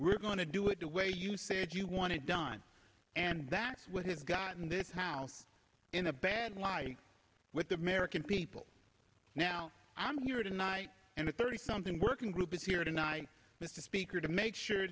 we're going to do it the way you said you wanted done and that's what has gotten this house in a bad why with the american people now i'm here tonight and the thirty something working group is here tonight mr speaker to make sure